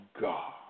God